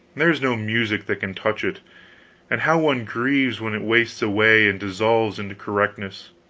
there's no music that can touch it and how one grieves when it wastes away and dissolves into correctness,